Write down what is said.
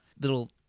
little